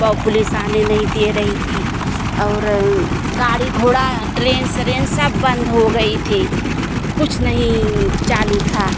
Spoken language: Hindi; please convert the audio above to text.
तो पुलिस आने नहीं दे रही थी और गाड़ी घोड़ा ट्रैन सरेन सब बंद हो गई थी कुछ नहीं चालू था